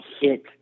hit